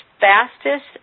fastest